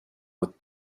with